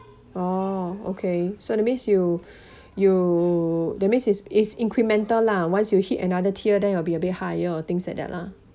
oh okay so that means you you that means it's it's incremental lah once you hit another tier them you will be a bit higher or things like that lah